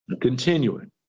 Continuing